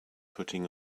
putting